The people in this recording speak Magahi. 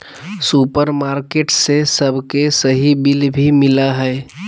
सुपरमार्केट से सबके सही बिल भी मिला हइ